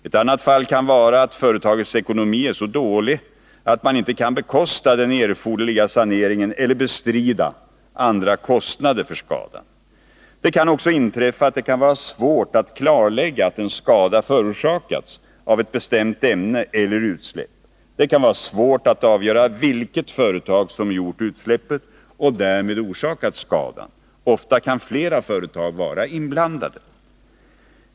Ett annat fall kan vara att företagets ekonomi är så dålig att företaget inte kan bekosta den erforderliga saneringen eller bestrida andra kostnader för skadan. Det kan också vara svårt att klarlägga att en skada förorsakats av ett bestämt ämne eller utsläpp, och det kan vara svårt att avgöra vilket företag som gjort utsläppet och därmed orsakat skadan. Ofta kan flera företag vara inblandade.